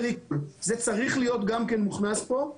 זה צריך להיות גם מוכנס פה.